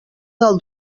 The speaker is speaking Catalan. del